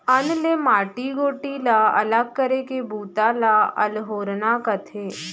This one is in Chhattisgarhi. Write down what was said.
अन्न ले माटी गोटी ला अलग करे के बूता ल अल्होरना कथें